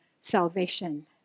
salvation